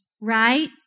right